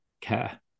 care